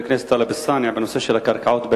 הכנסת טלב אלסאנע בנושא הקרקעות בנגב.